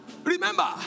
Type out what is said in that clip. remember